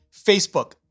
Facebook